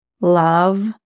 love